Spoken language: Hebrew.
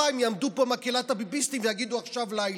יעמדו פה מקהלת הביביסטים ויגידו: עכשיו לילה.